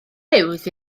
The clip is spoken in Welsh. huws